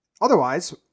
otherwise